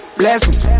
blessings